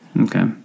Okay